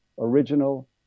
original